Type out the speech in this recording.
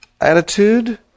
attitude